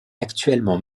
actuellement